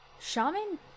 Shaman